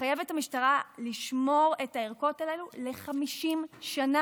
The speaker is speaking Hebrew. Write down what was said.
שתחייב את המשטרה לשמור את הערכות הללו ל-50 שנה.